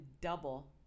double